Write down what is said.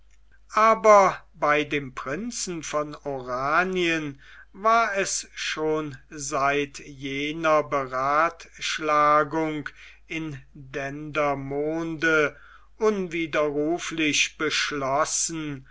aber bei dem prinzen von oranien war es schon seit jener beratschlagung in dendermonde unwiderruflich beschlossen